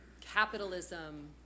Capitalism